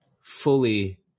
fully